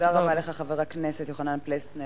תודה רבה לך, חבר הכנסת יוחנן פלסנר.